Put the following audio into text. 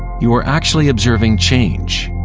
you are actually observing change.